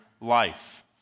life